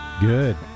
Good